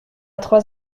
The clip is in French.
trois